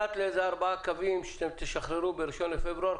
שפרט לארבעה קווים שתשחררו ב-1 בפברואר,